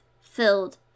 filled